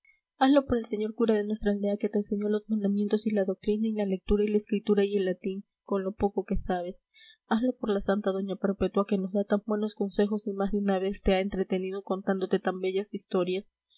hazlo por el señor cura de nuestra aldea que te enseñó los mandamientos y la doctrina y la lectura y la escritura y el latín con lo poco que sabes hazlo por la santa doña perpetua que nos da tan buenos consejos y más de una vez te ha entretenido contándote tan bellas historias